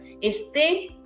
esté